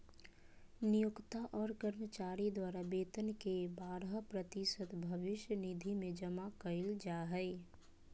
नियोक्त और कर्मचारी द्वारा वेतन के बारह प्रतिशत भविष्य निधि में जमा कइल जा हइ